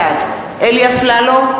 בעד אלי אפללו,